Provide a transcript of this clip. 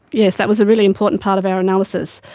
yes, that was a really important part of our analysis.